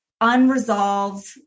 unresolved